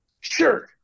Sure